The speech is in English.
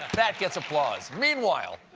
that gets applause. meanwhile,